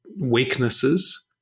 weaknesses